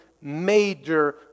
major